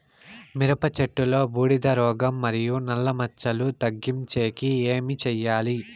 మిరప చెట్టులో బూడిద రోగం మరియు నల్ల మచ్చలు తగ్గించేకి ఏమి చేయాలి?